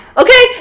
okay